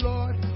Lord